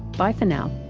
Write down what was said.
bye for now